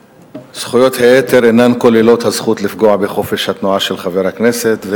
זכויות היתר אינן כוללות את הזכות לפגוע בחופש התנועה של חבר הכנסת,